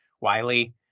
Wiley